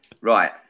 Right